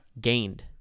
gained